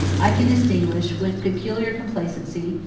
i can distinguish, with peculiar complacency,